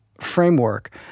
framework